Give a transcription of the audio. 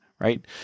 right